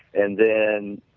and then,